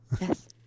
Yes